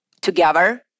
together